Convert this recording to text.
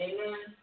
Amen